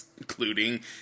including